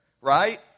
right